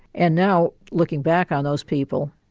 and now, looking back on those people,